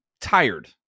tired